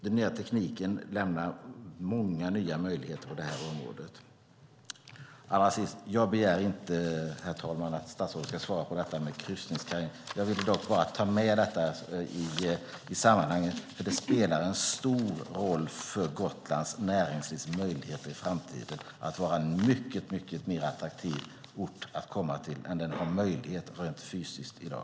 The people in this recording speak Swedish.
Den nya tekniken lämnar många nya möjligheter på det här området. Allra sist: Jag begär inte, herr talman, att statsrådet ska svara på det här med kryssningskajen. Jag vill dock ta upp detta i sammanhanget, för det spelar en stor roll för Gotlands näringslivs möjligheter i framtiden när det gäller att vara en mycket mer attraktiv ort att komma till än vad den har möjlighet till rent logistiskt i dag.